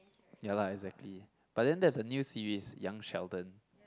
ya lah exactly but then that's a new series young Sheldon